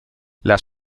las